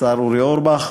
השר אורי אורבך,